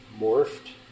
morphed